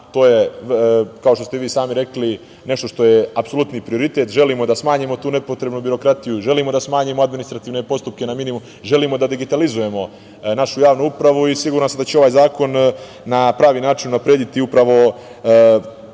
to je, kao što ste i vi sami rekli, nešto što je apsolutni prioritet. Želimo da smanjimo tu nepotrebnu birokratiju, želimo da smanjimo administrativne postupke na minimum, želimo da digitalizujemo našu javnu upravu i siguran sam da će ovaj zakon na pravi način unaprediti upravo